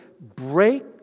break